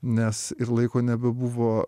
nes ir laiko nebebuvo